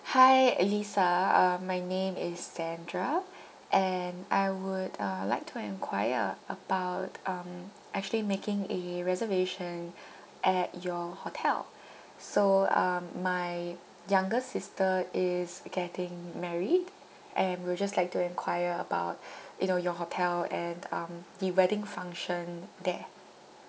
hi lisa uh my name is sandra and I would uh like to enquire about um actually making a reservation at your hotel so um my younger sister is getting married and we would just like to enquire about you know your hotel and um the wedding function there